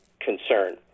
concern